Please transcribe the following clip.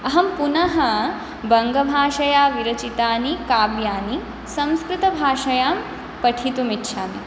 अहं पुनः बङ्गभाषया विरचितानि काव्यानि संस्कृतभाषायां पठितुम् इच्छामि